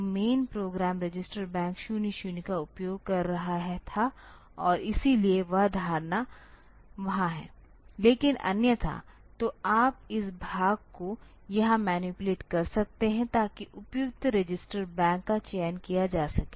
तो main program register bank 00 का उपयोग कर रहा था और इसलिए वह धारणा वहाँ है लेकिन अन्यथा तो आप इस भाग को यहां मैनीपुलेट कर सकते हैं ताकि उपयुक्त रजिस्टर बैंक का चयन किया जा सके